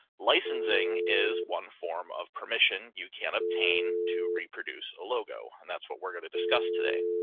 licensing is one form of permission. you can obtain to reproduce a logo, and that's what we're gonna discuss today.